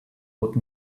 would